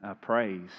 praise